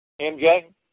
MJ